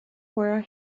were